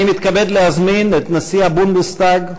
אני מתכבד להזמין את נשיא הבונדסטאג,